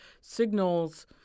signals